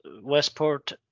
Westport